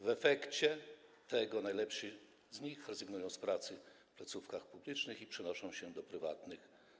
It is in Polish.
W efekcie tego najlepsi z nich rezygnują z pracy w placówkach publicznych i przenoszą się do prywatnych.